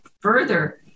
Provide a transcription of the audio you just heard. further